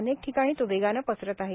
अनेक ठिकाणी तो वेगाने पसरत आहे